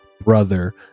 brother